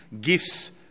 gifts